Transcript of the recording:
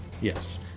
Yes